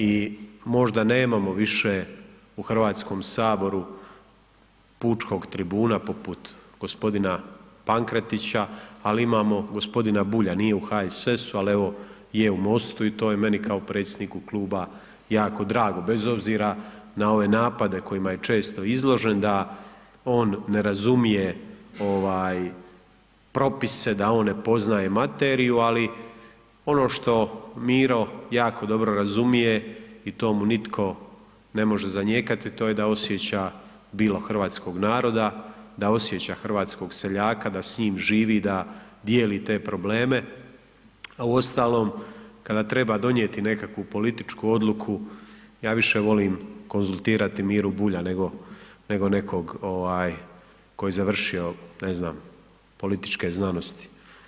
I možda nemamo više u HS pučkog tribuna poput g. Pankretića, ali imamo g. Bulja, nije u HSS-u, ali evo je u MOST-u i to je meni kao predsjedniku kluba jako drago bez obzira na ove napade kojima je često izložen da on ne razumije ovaj propise, da on ne poznaje materiju, ali ono što Miro jako dobro razumije i to mu nitko ne može zanijekati, to je da osjeća bilo hrvatskog naroda, da osjeća hrvatskog seljaka, da s njim živi, da dijeli te probleme, a uostalom kada treba donijeti nekakvu političku odluku, ja više volim konzultirati Miru Bulja nego, nego nekog ovaj ko je završio ne znam političke znanosti.